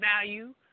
value